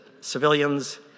civilians